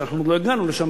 ואנחנו עוד לא הגענו לשם,